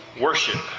worship